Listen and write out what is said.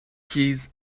keys